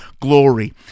glory